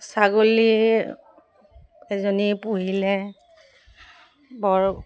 ছাগলী এজনী পুহিলে বৰ